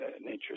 nature